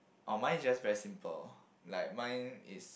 oh mine is just very simple like mine is